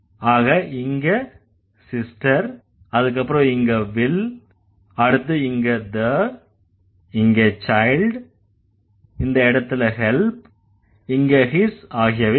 ஆக இங்க sister அதுக்கப்புறம் இங்க will அடுத்து இங்க the இங்க child இந்த இடத்துல help இங்க his ஆகியவை வரும்